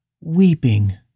weeping